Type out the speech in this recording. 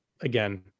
again